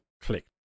click